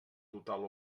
total